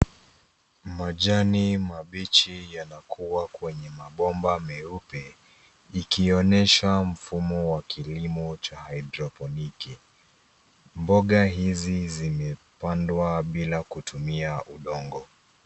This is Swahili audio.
Majani mabichi yanakua kwenye mabomba meupe ikionyesha mfumo wa kilimo cha haidroponiki, mboga hizi zimepandwa bila kutumia udongo.